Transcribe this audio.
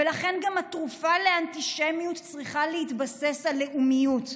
ולכן גם התרופה לאנטישמיות צריכה להתבסס על לאומיות.